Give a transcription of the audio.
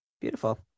Beautiful